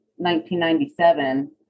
1997